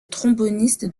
tromboniste